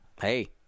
hey